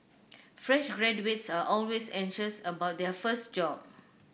fresh graduates are always anxious about their first job